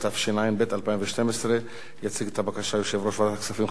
התשע"ב 2011. יציג את הבקשה יושב-ראש ועדת הכספים,